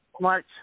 March